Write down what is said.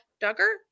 Duggar